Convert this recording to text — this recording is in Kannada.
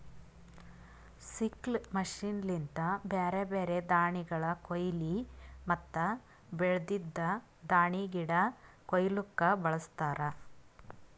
ಸಿಕ್ಲ್ ಮಷೀನ್ ಲಿಂತ ಬ್ಯಾರೆ ಬ್ಯಾರೆ ದಾಣಿಗಳ ಕೋಯ್ಲಿ ಮತ್ತ ಬೆಳ್ದಿದ್ ದಾಣಿಗಿಡ ಕೊಯ್ಲುಕ್ ಬಳಸ್ತಾರ್